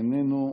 איננו,